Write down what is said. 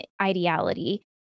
ideality